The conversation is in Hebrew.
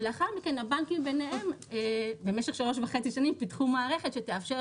ולאחר מכן הבנקים ביניהם במשך שלוש וחצי שנים פיתחו מערכת שתאפשר